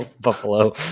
Buffalo